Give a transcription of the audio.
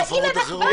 אין הפרות אחרות?